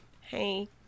Hey